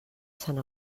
sant